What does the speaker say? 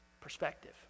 Perspective